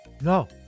No